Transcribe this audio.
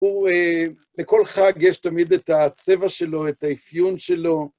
לכל חג יש תמיד את הצבע שלו, את האפיון שלו.